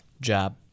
Job